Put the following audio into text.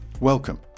Welcome